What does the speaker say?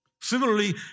Similarly